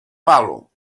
palo